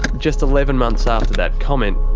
just eleven months after that comment,